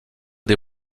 des